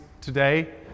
today